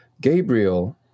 Gabriel